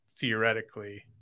theoretically